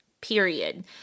period